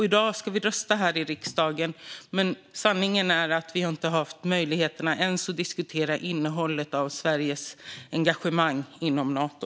I dag ska vi rösta här i riksdagen, men sanningen är att vi inte har haft möjlighet att ens diskutera innehållet i Sveriges engagemang inom Nato.